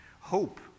hope